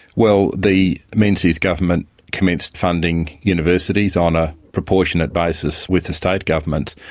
well, the menzies government commenced funding universities on a proportionate basis with the state governments,